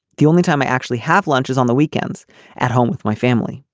the only time i actually have lunch is on the weekends at home with my family.